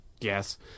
yes